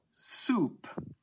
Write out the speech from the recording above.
soup